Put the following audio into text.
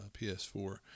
PS4